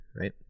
right